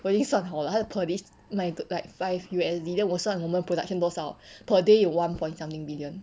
我已经算好 lah 他就 like like five U_S_D then 我算我们 production 多少 per day 有 one point something million